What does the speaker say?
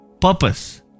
Purpose